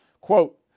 Quote